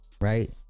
right